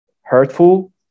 hurtful